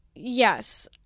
Yes